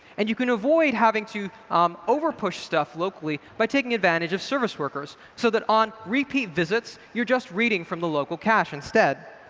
and you can avoid having to um over push stuff locally by taking advantage of service workers, so that on repeat visits you're just reading from the local cache instead.